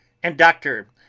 and doctor,